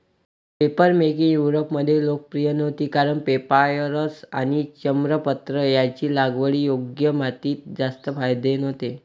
papermaking युरोपमध्ये लोकप्रिय नव्हती कारण पेपायरस आणि चर्मपत्र यांचे लागवडीयोग्य मातीत जास्त फायदे नव्हते